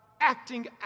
acting